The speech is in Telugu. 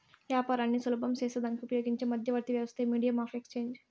యాపారాన్ని సులభం సేసేదానికి ఉపయోగించే మధ్యవర్తి వ్యవస్థే మీడియం ఆఫ్ ఎక్స్చేంజ్